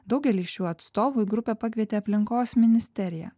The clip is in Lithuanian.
daugelį šių atstovų į grupę pakvietė aplinkos ministerija